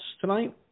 tonight